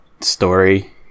story